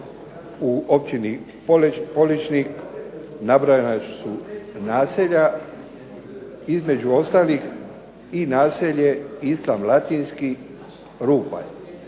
u općini Poličnik nabrojana su naselja, između ostalih i naselje Islam Latinski, Rupalj.